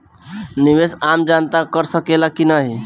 निवेस आम जनता कर सकेला की नाहीं?